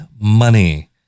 money